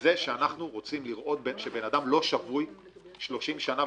זה שאנחנו רוצים לראות שבן אדם לא שבוי 30 שנה,